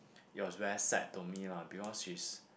it was very sad to me lah because she is